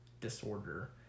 disorder